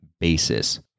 basis